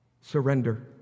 Surrender